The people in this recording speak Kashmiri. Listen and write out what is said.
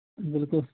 بِلکُل